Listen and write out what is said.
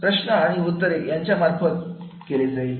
प्रश्न आणि उत्तरे याच्या मार्फत केले जाईल